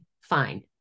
Fine